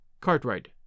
Cartwright